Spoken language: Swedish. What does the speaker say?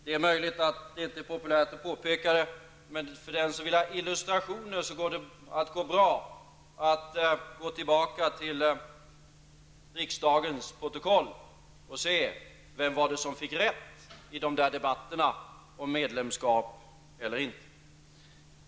Det är möjligt att det inte är populärt att påpeka detta, men för den som vill ha illustrationer går det bra att gå tillbaka till riksdagens protokoll och se vem det var som fick rätt i de debatter som fördes om medlemskap eller inte.